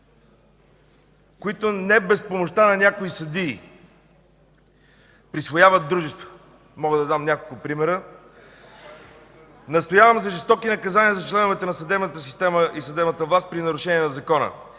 които не без помощта на някои съдии присвояват дружества. Мога да дам няколко примера. Настоявам за жестоки наказания за членовете на съдебната система и съдебната власт при нарушения на закона.